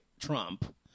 Trump